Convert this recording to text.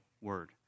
word